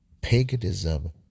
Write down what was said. Paganism